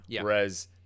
Whereas